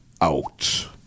out